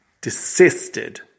desisted